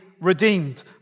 redeemed